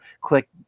click